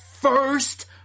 first